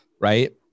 Right